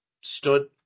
stood